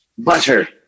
Butter